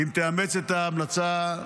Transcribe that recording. אם תאמץ את ההמלצה.